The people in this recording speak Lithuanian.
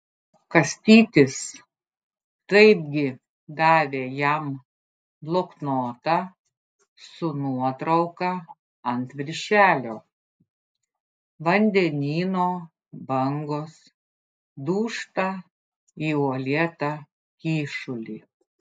kastytis taipgi davė jam bloknotą su nuotrauka ant viršelio vandenyno bangos dūžta į uolėtą kyšulį